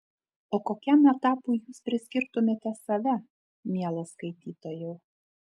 o kokiam etapui jūs priskirtumėte save mielas skaitytojau